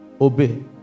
Obey